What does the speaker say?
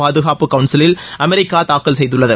பாதுகாப்பு கவுன்சிலில் அமெரிக்கா தாக்கல் செய்துள்ளது